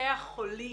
מבתי החולים?